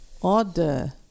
order